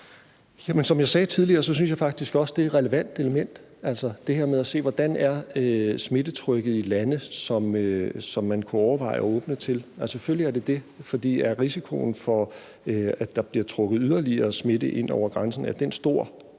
som jeg sagde tidligere, synes jeg faktisk også, det er et relevant element at se på, altså hvordan smittetrykket er i lande, som man kunne overveje at åbne til. Selvfølgelig er det relevant at se på, om risikoen for, at der bliver trukket yderligere smitte ind over grænsen, er stor